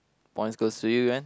points goes to you and